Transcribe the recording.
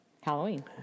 Halloween